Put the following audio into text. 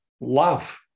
love